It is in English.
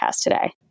today